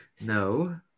No